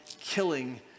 killing